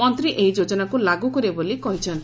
ମନ୍ତୀ ଏହି ଯୋଜନାକୁ ଲାଗୁ କରିବେ ବୋଲି କହିଚ୍ଚନ୍ତି